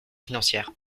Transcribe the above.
financières